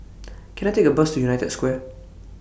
Can I Take A Bus to United Square